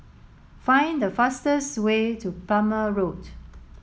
find the fastest way to Plumer Road